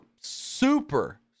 super